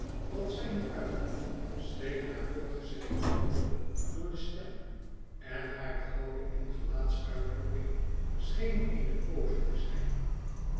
wat zij nu uitte scheen haar voorgezegd te worden door de stem en hare houding en gelaatsuitdrukking schenen een poze te zijn